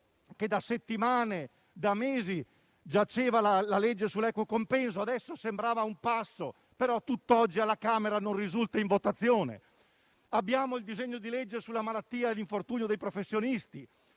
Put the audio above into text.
che da settimane, da mesi, giaceva la legge sull'equo compenso; adesso sembrava ad un passo, ma a tutt'oggi alla Camera non risulta in votazione. Abbiamo il disegno di legge sulla malattia e l'infortunio dei professionisti.